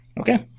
Okay